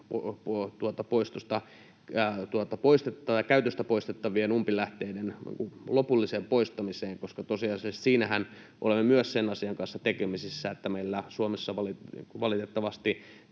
käytöstä poistettavien umpilähteiden lopulliseen poistamiseen. Siinähän olemme tosiasiallisesti myös sen asian kanssa tekemisissä, että meillä Suomessa valitettavasti